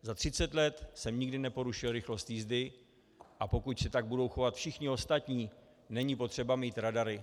Za 30 let jsem nikdy neporušil rychlost jízdy, a pokud se tak budou chovat všichni ostatní, není potřeba mít radary.